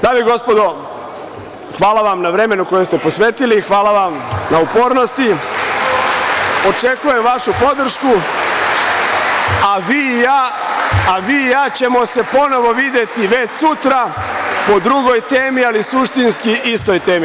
Dame i gospodo, hvala vam na vremenu koje ste posvetili, hvala vam na upornosti, očekujem vašu podršku, a vi i ja ćemo se ponovo videti već sutra po drugoj temi, ali suštinski istoj temi.